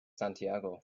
santiago